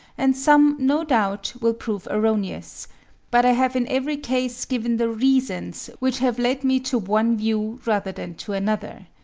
and some no doubt will prove erroneous but i have in every case given the reasons which have led me to one view rather than to another.